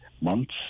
months